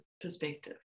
perspective